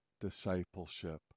discipleship